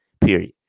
period